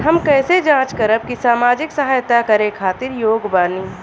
हम कइसे जांच करब की सामाजिक सहायता करे खातिर योग्य बानी?